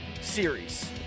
series